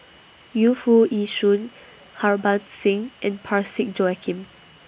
Yu Foo Yee Shoon Harbans Singh and Parsick Joaquim